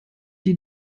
die